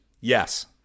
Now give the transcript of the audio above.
Yes